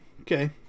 Okay